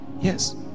yes